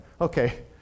Okay